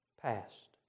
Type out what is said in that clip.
past